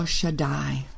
Shaddai